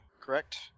correct